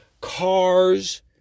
cars